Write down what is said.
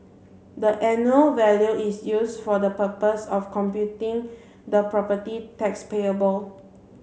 the annual value is used for the purpose of computing the property tax payable